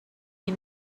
die